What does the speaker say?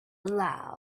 loud